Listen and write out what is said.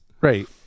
right